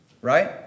right